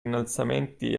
innalzamenti